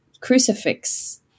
crucifix